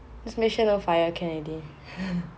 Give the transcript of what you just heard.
just make sure no fire can already